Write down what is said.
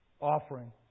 offering